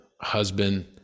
husband